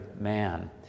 man